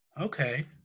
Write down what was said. Okay